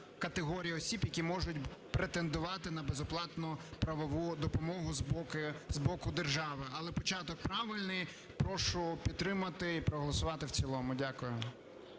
категорій осіб, які можуть претендувати на безоплатну правову допомогу з боку держави. Але початок правильний. Прошу підтримати і проголосувати в цілому. Дякую.